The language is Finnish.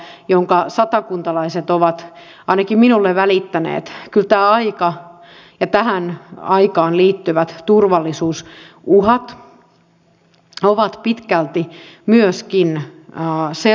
tähän liittyen voi sanoa että kaiken maailman ministeri stubbin julkiset lynkkaajat taputtavat varmasti pieniä karvaisia käsiään